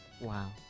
Wow